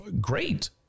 great